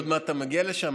מה, אתה מגיע לשם?